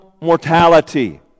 mortality